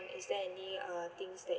is there any uh things that